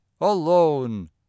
alone